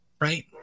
right